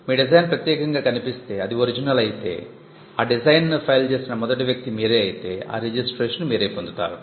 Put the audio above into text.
మీ design ప్రత్యేకంగా కనిపిస్తే అది ఒరిజినల్ అయితే ఆ డిజైన్ను ఫైల్ చేసిన మొదటి వ్యక్తి మీరే అయితే ఆ రిజిస్ట్రేషన్ మీరే పొందుతారు